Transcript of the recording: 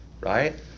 right